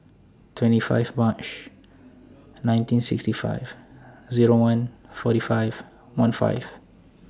twenty five March nineteen sixty five Zero one forty five one five